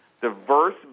diverse